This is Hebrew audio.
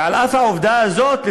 ועל אף העובדה הזאת,